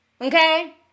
Okay